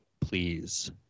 please